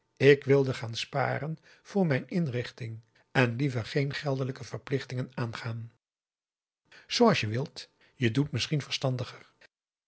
ik wilde gaan sparen voor mijn inrichting en liever geen geldelijke verplichtingen aangaan zooals je wilt je doet misschien verstandiger